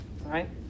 right